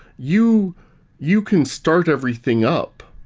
you you can start everything up.